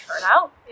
turnout